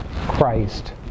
Christ